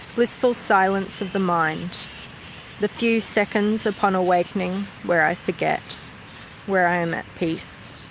blissful silence of the mind the few seconds upon awakening where i forget where i am at peace.